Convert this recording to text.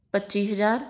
ਪੱਚੀ ਹਜ਼ਾਰ